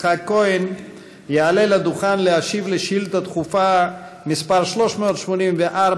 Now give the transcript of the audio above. יצחק כהן יעלה לדוכן להשיב על שאילתה דחופה מס' 384,